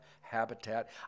Habitat